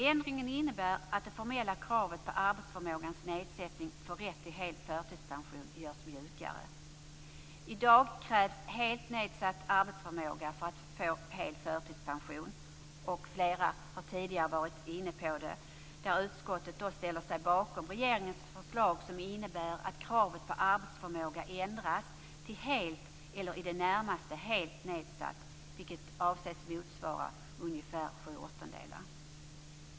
Ändringen innebär att det formella kravet på arbetsförmågans nedsättning för rätt till hel förtidspension görs mjukare. I dag krävs helt nedsatt arbetsförmåga för att man skall få hel förtidspension, något som flera talare tidigare har nämnt. Utskottet ställer sig bakom regeringens förslag, som innebär att kravet på arbetsförmåga ändras till "helt eller i det närmaste helt nedsatt". Detta anses motsvara ungefär sju åttondelar.